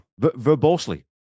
Verbosely